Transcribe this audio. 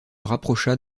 rapprocha